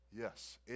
Yes